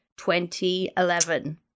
2011